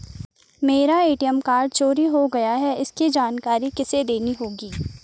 मेरा ATM card चोरी हो गया है इसकी जानकारी किसे देनी होगी?